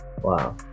wow